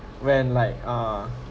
when like uh